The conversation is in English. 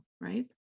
right